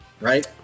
right